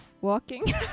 walking